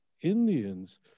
Indians